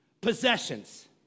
possessions